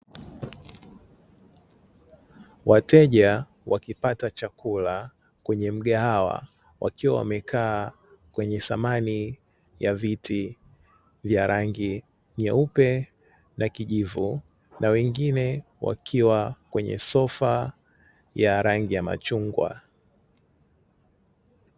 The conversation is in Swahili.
Wateja wakipata chakula kwenye mgahawa wakiwa wamekaa kwenye thamani ya viti vya rangi nyeupe na kijivu na wengine wakiwa kwenye sofa ya rangi ya machungwa.